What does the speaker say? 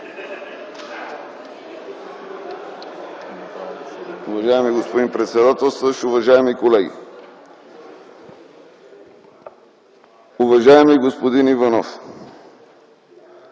Уважаеми господин председател, уважаеми колеги, уважаеми господин